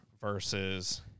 versus